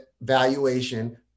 valuation